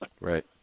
Right